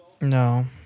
No